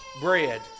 bread